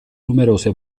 numerose